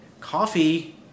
Coffee